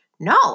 No